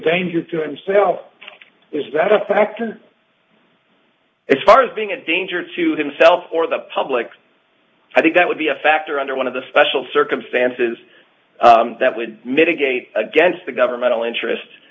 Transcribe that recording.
danger to himself is that a factor as far as being a danger to himself or the public i think that would be a factor under one of the special circumstances that would mitigate against the governmental interest